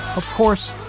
of course,